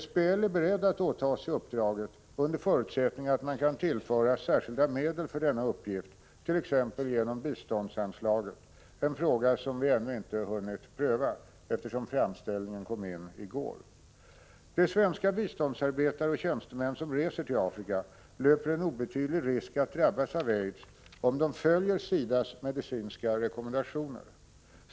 SBL är berett att åtaga sig uppdraget under förutsättning att man kan tillföras särskilda medel för denna uppgift, t.ex. över biståndsanslaget, en fråga som ännu inte prövats, eftersom framställningen kom in i går. De svenska biståndsarbetare och tjänstemän som reser till Afrika löper en obetydlig risk att drabbas av aids om de följer SIDA:s medicinska rekommendationer.